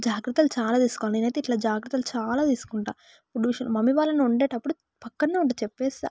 జాగ్రత్తలు చాలా తీసుకోవాలి నేనైతే ఇట్లా జాగ్రత్తలు చాలా తీసుకుంటాను ఇప్పుడు మమ్మీ వాళ్ళని వండేటప్పుడు పక్కనే ఉండి చెప్పేస్తా